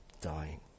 dying